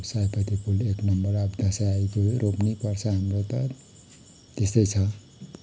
अब सयपत्री फुल एक नम्बर अब दसैँ आइगयो रोप्नै पर्छ हाम्रो त त्यस्तै छ